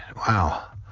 wow,